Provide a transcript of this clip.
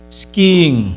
skiing